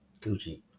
Gucci